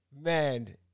man